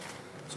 תודה.